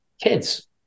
kids